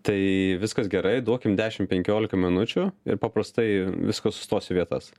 tai viskas gerai duokim dešim penkiolika minučių ir paprastai viskas sustos į vietas